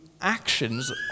actions